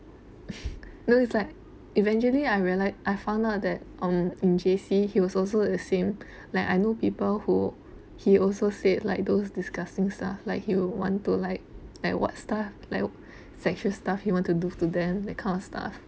no it's like eventually I reali~ I found out that um in J_C he was also the same like I know people who he also said like those disgusting stuff like he would want to like like what stuff like sexual stuff he want to do to them that kind of stuff